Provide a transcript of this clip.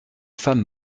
femme